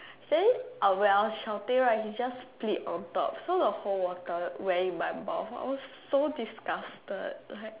then while we are shouting then he just spits on top so the whole water went in my mouth I was so disgusted like